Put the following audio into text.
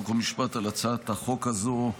חוק ומשפט על הצעת החוק הזו,